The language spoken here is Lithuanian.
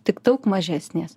tik daug mažesnės